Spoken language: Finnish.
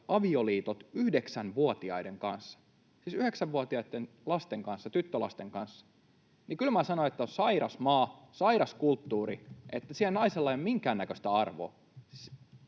avioliitot yhdeksänvuotiaiden kanssa, siis yhdeksänvuotiaiden lasten kanssa, tyttölasten kanssa. Kyllä minä sanon, että on sairas maa, sairas kulttuuri, että siellä naisella ei minkäännäköistä arvoa.